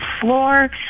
floor